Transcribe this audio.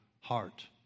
heart